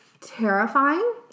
terrifying